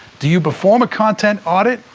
do you perform a content audit?